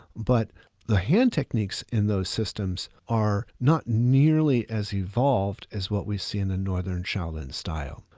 but the hand techniques in those systems are not nearly as evolved as what we see in a northern shaolin style.